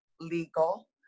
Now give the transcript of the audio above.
legal